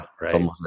right